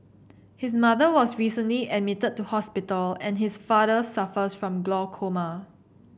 his mother was recently admitted to hospital and his father suffers from glaucoma